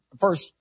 first